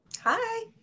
Hi